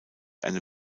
eine